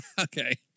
okay